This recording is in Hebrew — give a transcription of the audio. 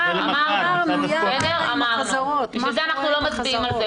לכן אנחנו לא מצביעים על זה,